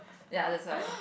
ya that's why